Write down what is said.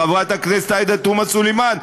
חברת הכנסת עאידה תומא סלימאן.